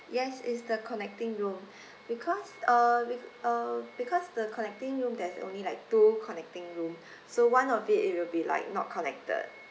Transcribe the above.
yes it's the connecting room because uh uh because the connecting room there's only like two connecting rooms so one of it it will be like not connected